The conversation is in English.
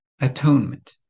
Atonement